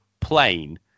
plane